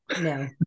no